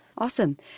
Awesome